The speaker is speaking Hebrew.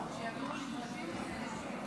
חוק מקורות אנרגיה (תיקון מס' 5), התשפ"ד 2024,